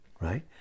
right